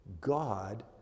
God